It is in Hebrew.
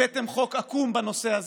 הבאתם חוק עקום בנושא הזה,